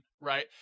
Right